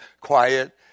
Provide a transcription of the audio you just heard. quiet